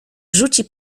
rzuci